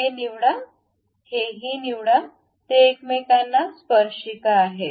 हे निवडा हेही निवडा ते एकमेकांना स्पर्शिका आहेत